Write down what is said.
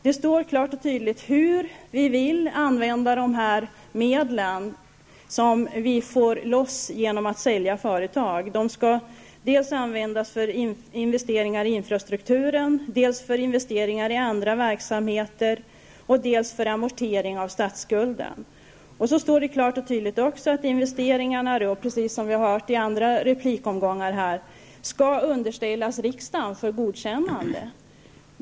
Det står klart och tydligt hur vi vill använda de medel som vi får loss genom att sälja företag. De skall dels användas för investeringar i infrastrukturen, dels för investeringar i andra verksamheter och dels för amortering av statsskulden. Det står klart och tydligt att investeringarna, precis som vi hört i andra replikomgångar i dag, skall underställas riksdagen för godkännande.